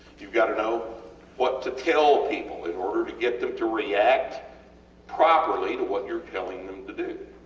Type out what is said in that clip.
youve got to know what to tell people in order to get them to react properly to what youre telling them to do.